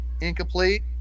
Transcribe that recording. incomplete